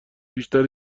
بیشتر